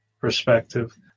perspective